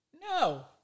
No